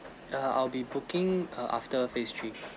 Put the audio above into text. err I'll be booking err after phase three